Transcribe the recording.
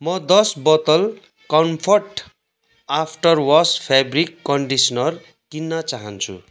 म दस bottle comfort after wash fabric conditioner किन्न चाहन्छु